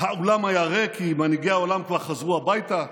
האולם היה ריק, כי מנהיגי העולם כבר חזרו הביתה,